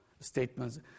statements